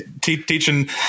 teaching